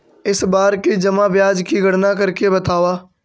इस बार की जमा ब्याज की गणना करके बतावा